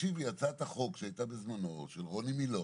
הצעת החוק שהייתה בזמנו של רוני מילוא